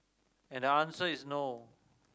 and the answer is no